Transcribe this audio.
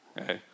Okay